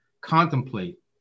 contemplate